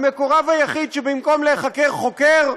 המקורב היחיד שבמקום להיחקר, חוקר.